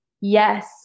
yes